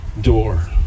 door